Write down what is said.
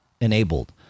enabled